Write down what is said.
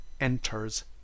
enters